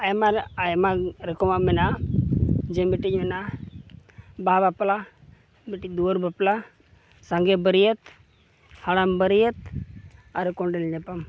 ᱟᱭᱢᱟ ᱟᱭᱢᱟ ᱨᱚᱠᱚᱢᱟᱜ ᱢᱮᱱᱟᱜᱼᱟ ᱡᱮ ᱢᱤᱫᱴᱮᱱ ᱢᱮᱱᱟᱜᱼᱟ ᱵᱟᱦᱟ ᱵᱟᱯᱞᱟ ᱢᱤᱫᱴᱮᱱ ᱫᱩᱣᱟᱹᱨ ᱵᱟᱯᱞᱟ ᱥᱟᱸᱜᱮ ᱵᱟᱹᱨᱭᱟᱹᱛ ᱦᱟᱲᱟᱢ ᱵᱟᱹᱨᱭᱟᱹᱛ ᱟᱨ ᱠᱚᱸᱰᱮᱞ ᱧᱟᱯᱟᱢ